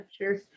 sure